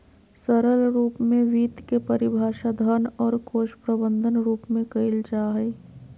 सरल रूप में वित्त के परिभाषा धन और कोश प्रबन्धन रूप में कइल जा हइ